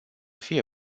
fie